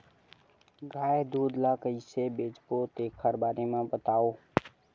गाय दूध ल कइसे बेचबो तेखर बारे में बताओ?